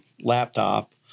laptop